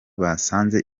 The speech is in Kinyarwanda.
basanze